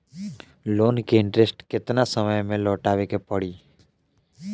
Loan के interest केतना समय में लौटावे के पड़ी?